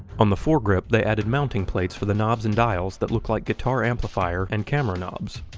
on the fore grip, they added mounting plates for the knobs and dials that look like guitar amplifier and camera knobs.